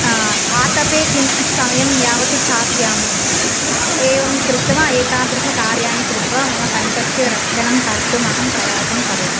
आतपे किञ्चित् समयं यावत् स्थास्यामि एवं कृत्वा एतादृशकार्यानि कृत्वा मम कण्ठस्य रक्षणं कर्तुम् अहं प्रयासं करोमि